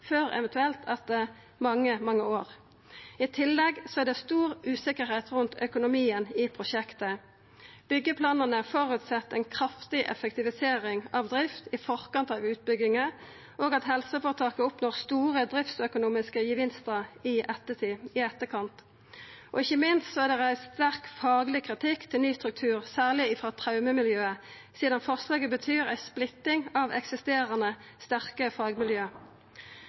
før eventuelt etter mange, mange år. I tillegg er det stor usikkerheit rundt økonomien i prosjektet. Byggjeplanane føreset ei kraftig effektivisering av drift i forkant av utbygginga og at helseføretaket oppnår store driftsøkonomiske gevinstar i etterkant. Ikkje minst er det reist sterk fagleg kritikk til ny struktur, særleg frå traumemiljøet, sidan forslaget betyr ei splitting av eksisterande, sterke fagmiljø.